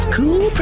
Cool